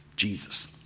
Jesus